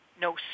No